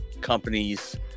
companies